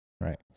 right